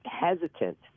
hesitant